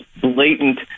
blatant